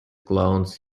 clowns